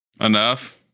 Enough